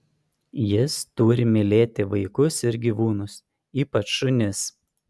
jis turi mylėti vaikus ir gyvūnus ypač šunis